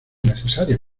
necesarias